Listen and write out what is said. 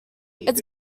its